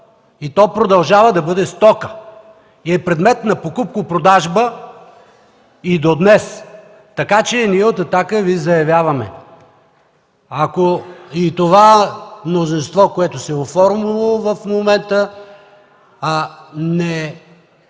То продължава да бъде стока и е предмет на покупко-продажба и до днес. Ние от „Атака” Ви заявяваме, ако и това мнозинство, което се е оформило в момента, не